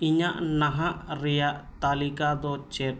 ᱤᱧᱟᱹᱜ ᱱᱟᱦᱟᱜ ᱨᱮᱭᱟᱜ ᱛᱟᱹᱞᱤᱠᱟ ᱫᱚ ᱪᱮᱫ